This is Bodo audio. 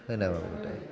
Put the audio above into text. होनाबाबो दाय